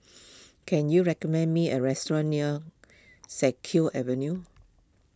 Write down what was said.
can you recommend me a restaurant near Siak Kew Avenue